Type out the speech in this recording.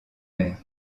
mère